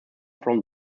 from